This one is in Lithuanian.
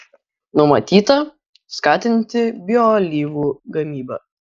numatyta skatinti bioalyvų gamybą